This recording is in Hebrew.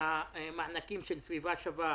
המענקים של סביבה שווה